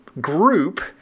group